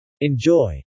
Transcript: Enjoy